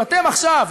אם אתם עכשיו,